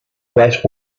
wet